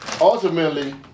ultimately